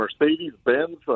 Mercedes-Benz